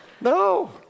No